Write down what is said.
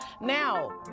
Now